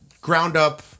ground-up